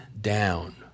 down